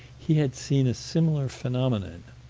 he had seen a similar phenomenon.